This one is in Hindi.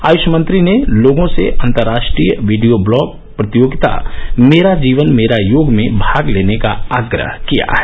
आयुष मंत्री ने लोगों से अंतरराष्ट्रीय वीडियो ब्लॉग प्रतियोगिता मेरा जीवन मेरा योग में भाग लेने का आग्रह किया है